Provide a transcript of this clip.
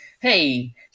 hey